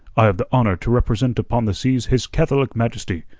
i have the honour to represent upon the seas his catholic majesty,